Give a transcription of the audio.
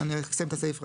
אני אסיים את הסעיף רק.